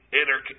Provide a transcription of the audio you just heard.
inner